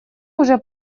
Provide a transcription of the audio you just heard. уже